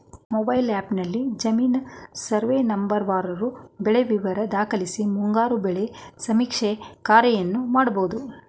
mobile ಆ್ಯಪ್ನಲ್ಲಿ ಜಮೀನಿನ survey ನಂಬರ್ವಾರು ಬೆಳೆ ವಿವರ ದಾಖಲಿಸಿ ಮುಂಗಾರು ಬೆಳೆ ಸಮೀಕ್ಷೆ ಕಾರ್ಯವನ್ನು ಮಾಡ್ಬೋದು